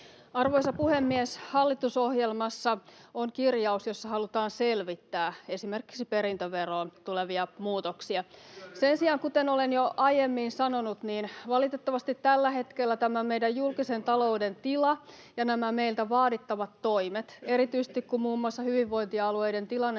Arvoisa puhemies! Hallitusohjelmassa on kirjaus, jossa halutaan selvittää esimerkiksi perintöveroon tulevia muutoksia. [Vasemmalta: Työryhmää!] Sen sijaan, kuten olen jo aiemmin sanonut, valitettavasti tällä hetkellä tämä meidän julkisen talouden tila ja nämä meiltä vaadittavat toimet... Erityisesti kun muun muassa hyvinvointialueiden tilanne